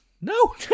No